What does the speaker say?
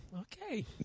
okay